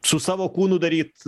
su savo kūnu daryt